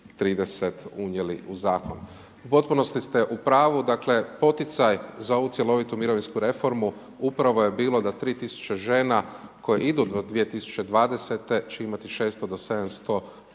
30 unijeli u zakon. U potpunosti ste u pravu, dakle, poticaj za ovu cjelovitu mirovinsku reformu, upravo je bilo da 3000 žena koja idu do 2020. će imati 600-700